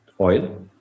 oil